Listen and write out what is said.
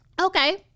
Okay